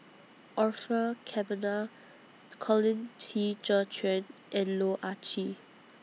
Orfeur Cavenagh Colin Qi Zhe Quan and Loh Ah Chee